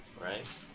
Right